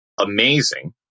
amazing